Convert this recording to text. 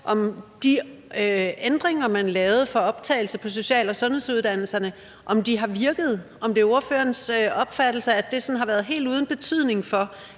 om de ændringer, som man lavede for optagelse på social- og sundhedsuddannelserne, har virket, altså om det er ordførerens opfattelse, at det sådan har været helt uden betydning for,